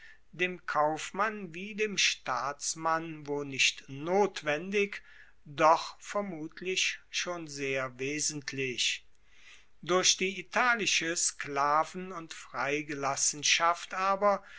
dem kaufmann wie dem staatsmann wo nicht notwendig doch vermutlich schon sehr wesentlich durch die italische sklaven und freigelassenschaft aber